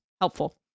helpful